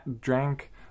drank